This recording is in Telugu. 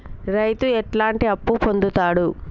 రైతు ఎట్లాంటి అప్పు పొందుతడు?